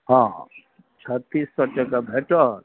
हँ हँ छत्तीस सओ टके भेटत